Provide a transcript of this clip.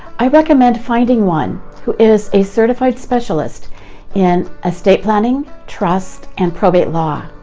i recommend finding one who is a certified specialist in estate planning, trust, and probate law.